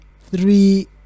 three